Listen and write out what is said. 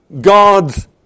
God's